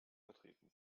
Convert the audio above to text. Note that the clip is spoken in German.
vertreten